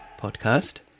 podcast